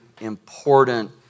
important